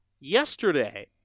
yesterday